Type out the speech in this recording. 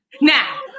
Now